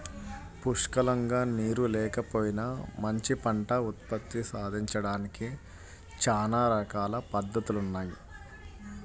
పుష్కలంగా నీరు లేకపోయినా మంచి పంట ఉత్పత్తి సాధించడానికి చానా రకాల పద్దతులున్నయ్